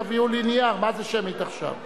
תביאו לי נייר, מה זה שמית עכשיו?